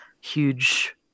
huge